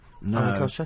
No